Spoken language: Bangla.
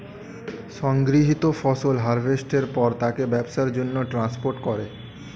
সংগৃহীত ফসল হারভেস্টের পর তাকে ব্যবসার জন্যে ট্রান্সপোর্ট করে